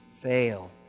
fail